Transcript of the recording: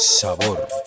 Sabor